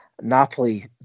Napoli